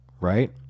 right